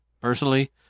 personally